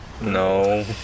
No